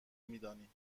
میدانیم